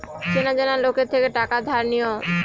চেনা জানা লোকের থেকে টাকা ধার নিও